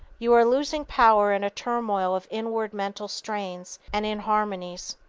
you are losing power in a turmoil of inward mental strains and inharmonies.